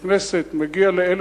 מגיע לבית-הכנסת שיהיה בית-כנסת,